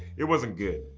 it wasn't good.